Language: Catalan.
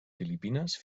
filipines